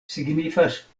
signifas